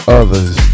others